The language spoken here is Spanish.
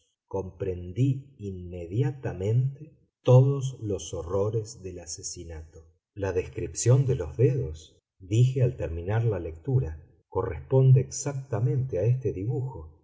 comprendí inmediatamente todos los horrores del asesinato la descripción de los dedos dije al terminar la lectura corresponde exactamente a este dibujo